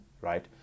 right